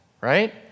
right